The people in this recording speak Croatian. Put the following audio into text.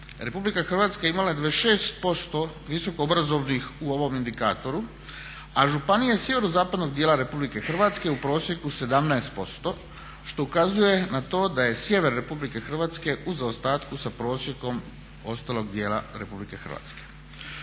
godine RH imala je 26% visokoobrazovanih u ovom indikatoru, a županije sjeverozapadnog dijela RH u prosjeku 17% što ukazuje na to da je sjever RH u zaostatku sa prosjekom ostalog dijela RH. Ukoliko se